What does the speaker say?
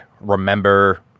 remember